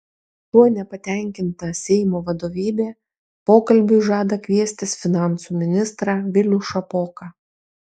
tuo nepatenkinta seimo vadovybė pokalbiui žada kviestis finansų ministrą vilių šapoką